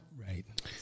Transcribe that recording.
Right